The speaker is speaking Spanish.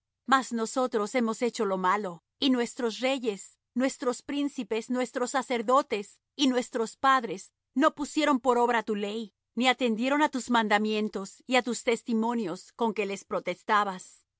mas nosotros hemos hecho lo malo y nuestros reyes nuestros príncipes nuestros sacerdotes y nuestros padres no pusieron por obra tu ley ni atendieron á tus mandamiento y á tus testimonios con que les protestabas